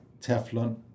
Teflon